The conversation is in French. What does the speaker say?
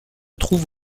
trouve